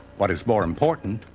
what is more important,